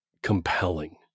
compelling